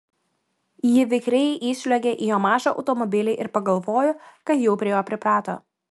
ji vikriai įsliuogė į jo mažą automobilį ir pagalvojo kad jau prie jo priprato